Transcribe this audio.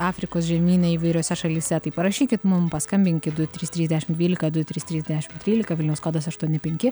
afrikos žemyne įvairiose šalyse tai parašykit mum paskambinkit du trys trys dešim dvylika du trys trys dešim trylika vilnius kodas aštuoni penki